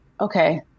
okay